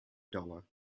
dollar